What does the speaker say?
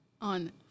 on